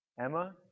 Emma